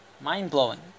mind-blowing